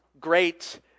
great